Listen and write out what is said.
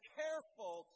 careful